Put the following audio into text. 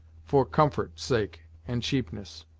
for comfort's sake and cheapness.